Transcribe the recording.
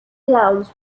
clowns